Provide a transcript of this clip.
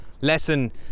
lesson